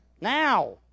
Now